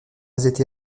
être